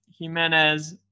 Jimenez